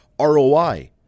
ROI